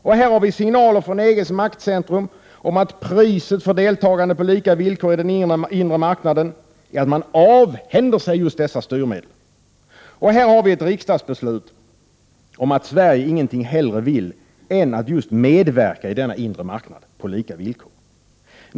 Och här har vi signaler från EG:s maktcentrum om att priset för deltagande på lika villkor i den inre marknaden är att man avhänder sig just dessa styrmedel. Här har vi också ett riksdagsbeslut om att Sverige ingenting hellre vill än att just medverka i denna inre marknad på lika villkor.